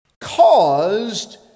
caused